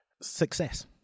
Success